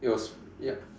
it was yup